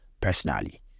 personally